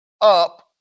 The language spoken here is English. up